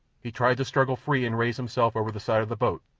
he tried to struggle free and raise himself over the side of the boat.